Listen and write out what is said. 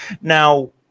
now